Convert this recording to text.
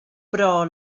però